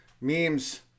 memes